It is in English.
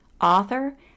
author